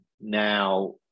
Now